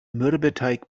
mürbeteig